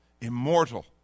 immortal